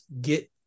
get